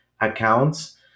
accounts